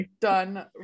done